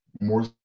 more